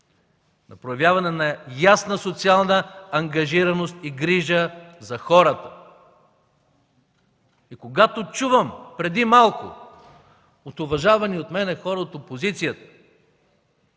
за проявяване на ясна социална ангажираност и грижа за хората. И когато чувам преди малко от уважавани от мен хора от опозицията